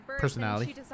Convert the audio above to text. personality